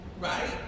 Right